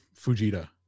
Fujita